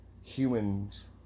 humans